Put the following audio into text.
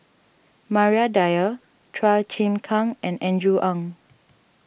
Maria Dyer Chua Chim Kang and Andrew Ang